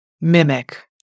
mimic